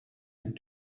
and